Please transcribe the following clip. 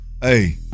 Hey